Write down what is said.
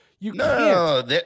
No